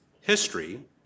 History